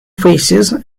faces